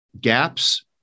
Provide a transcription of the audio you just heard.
gaps